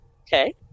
okay